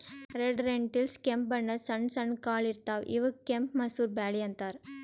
red lentils ಕೆಂಪ್ ಬಣ್ಣದ್ ಸಣ್ಣ ಸಣ್ಣು ಕಾಳ್ ಇರ್ತವ್ ಇವಕ್ಕ್ ಕೆಂಪ್ ಮಸೂರ್ ಬ್ಯಾಳಿ ಅಂತಾರ್